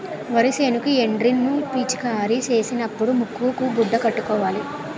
వరి సేనుకి ఎండ్రిన్ ను పిచికారీ సేసినపుడు ముక్కుకు గుడ్డ కట్టుకోవాల